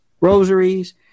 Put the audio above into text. rosaries